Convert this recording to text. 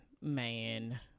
man